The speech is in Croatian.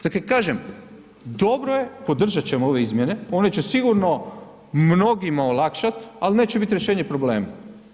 Dakle, kažem, dobro je podržati ćemo ove izmjene one će sigurno mnogima olakšati, ali neće biti rješenje problema.